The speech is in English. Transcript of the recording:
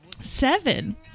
Seven